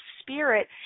spirit